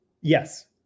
yes